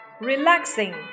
Relaxing